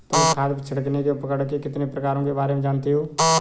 तुम खाद छिड़कने के उपकरण के कितने प्रकारों के बारे में जानते हो?